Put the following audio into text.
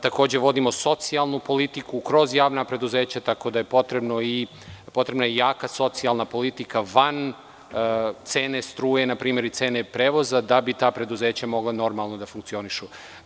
Takođe vodimo socijalnu politiku kroz javna preduzeća, tako da je potrebna i jaka socijalna politika van cene struje npr. i cene prevoza, da bi ta preduzeća mogla normalno da funkcionišu.